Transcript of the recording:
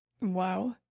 Wow